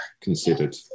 considered